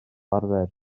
arfer